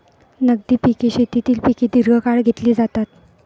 नगदी पिके शेतीतील पिके दीर्घकाळ घेतली जातात